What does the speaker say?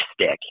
stick